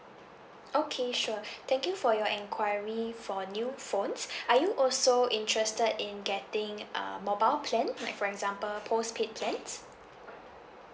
okay sure thank you for your enquiry for new phones are you also interested in getting um mobile plan like for example postpaid plans